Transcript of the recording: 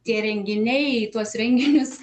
tie renginiai tuos renginius